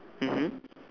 mmhmm